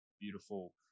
beautiful